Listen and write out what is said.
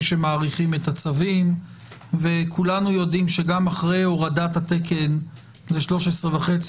שמאריכים את הצווים וכולנו יודעים שגם אחרי הורדת התקן ל-14,000,